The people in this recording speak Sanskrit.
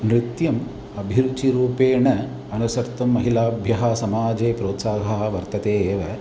नृत्यम् अभिरुचिरूपेण अनुसर्तुं महिलानां समाजे प्रोत्साहः वर्तते एव